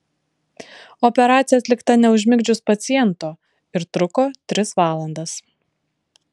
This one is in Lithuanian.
operacija atlikta neužmigdžius paciento ir truko tris valandas